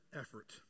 effort